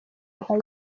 nka